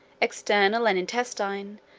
external and intestine,